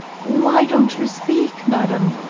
why don't you speak, madam?